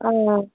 آ